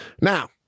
Now